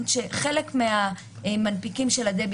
כך לשון החוק מנוסחת היום.